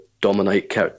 dominate